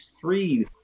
three